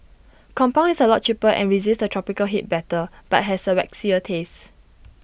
compound is A lot cheaper and resists the tropical heat better but has A waxier taste